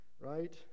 Right